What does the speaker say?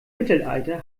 mittelalter